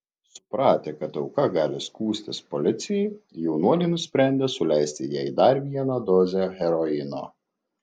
supratę kad auka gali skųstis policijai jaunuoliai nusprendė suleisti jai dar vieną dozę heroino